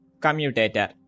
commutator